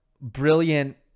brilliant